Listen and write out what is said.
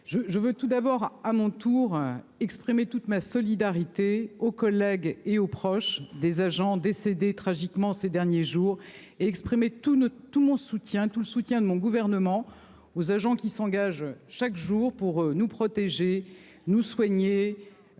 je veux tout d'abord à mon tour exprimer toute ma solidarité aux collègues et aux proches des agents décédé tragiquement ces derniers jours et exprimer tout ne tout mon soutien tout le soutien de mon gouvernement aux agents qui s'engagent chaque jour pour nous protéger nous soigner.